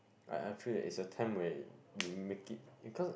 I I feel that it's the time where you make it because